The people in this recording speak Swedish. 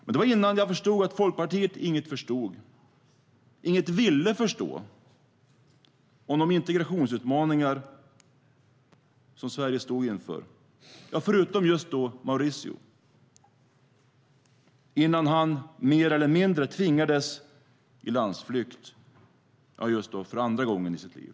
Men det var innan jag förstod att Folkpartiet - förutom just Mauricio - inget förstod och inget ville förstå om de integrationsutmaningar som Sverige stod inför. Det var innan han mer eller mindre tvingades i landsflykt, och det för andra gången i sitt liv.